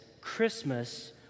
Christmas